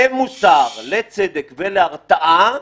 -- למוסר, לצדק ולהרתעה,